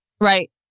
right